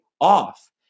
off